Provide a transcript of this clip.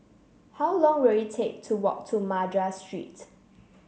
how long will it take to walk to Madras Street